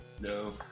No